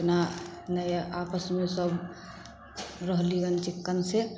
अपना नहि आपसमे सभ रहली गन चिक्कनसे